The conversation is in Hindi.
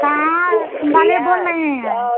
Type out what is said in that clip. कहाँ वाले बोल रही हैं